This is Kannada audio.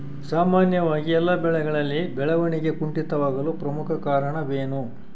ಸಾಮಾನ್ಯವಾಗಿ ಎಲ್ಲ ಬೆಳೆಗಳಲ್ಲಿ ಬೆಳವಣಿಗೆ ಕುಂಠಿತವಾಗಲು ಪ್ರಮುಖ ಕಾರಣವೇನು?